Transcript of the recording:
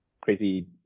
crazy